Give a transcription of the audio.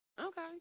Okay